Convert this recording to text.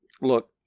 look